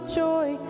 joy